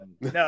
No